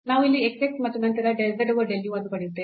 ನಾವು ಇಲ್ಲಿ x x ಮತ್ತು ನಂತರ del z over del u ಅನ್ನು ಪಡೆಯುತ್ತೇವೆ